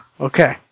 Okay